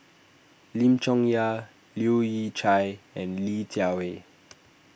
Lim Chong Yah Leu Yew Chye and Li Jiawei